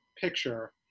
picture